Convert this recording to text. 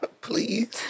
Please